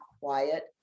quiet